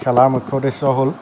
খেলাৰ মুখ্য উদ্দেশ্য হ'ল